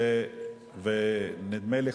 נדמה לי,